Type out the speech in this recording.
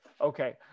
Okay